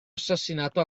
assassinato